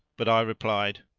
but i replied,